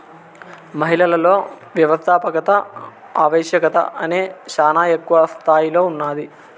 మహిళలలో వ్యవస్థాపకత ఆవశ్యకత అనేది శానా ఎక్కువ స్తాయిలో ఉన్నాది